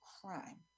crime